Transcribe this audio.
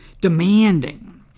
demanding